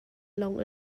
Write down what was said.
lawng